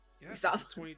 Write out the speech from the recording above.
Yes